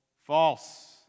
False